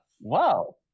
Wow